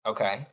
Okay